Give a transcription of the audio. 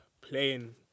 playing